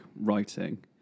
writing